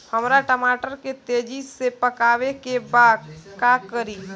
हमरा टमाटर के तेजी से पकावे के बा का करि?